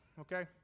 Okay